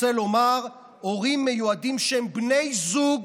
רוצה לומר הורים מיועדים שהם בני זוג